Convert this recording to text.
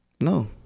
No